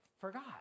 forgot